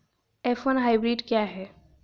F one hybrid क्या है?